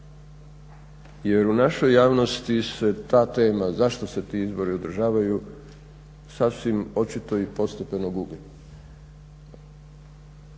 Jer u našoj javnosti se ta tema, zašto se ti izbori održavaju, sasvim očito i postepeno gubi.